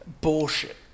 bullshit